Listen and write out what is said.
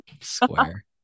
Square